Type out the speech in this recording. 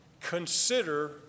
consider